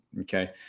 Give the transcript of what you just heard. Okay